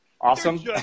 awesome